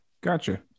Gotcha